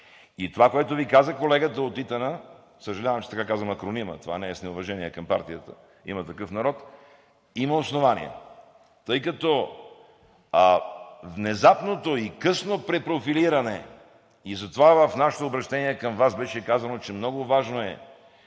И това, което Ви каза колегата от ИТН – съжалявам, че казвам акронима, това не е с неуважение към партията „Има такъв народ“, има основание, заради внезапното и късно препрофилиране. Затова в нашето обръщение към Вас беше казано, че е много важно